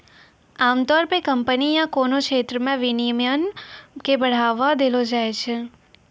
आमतौर पे कम्पनी या कोनो क्षेत्र मे विनियमन के बढ़ावा देलो जाय छै